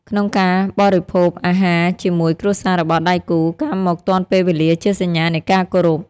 ក្នុងការបូរិភោគអាហារជាមួយគ្រួសាររបស់ដៃគូ ការមកទាន់ពេលវេលាជាសញ្ញានៃការគោរព។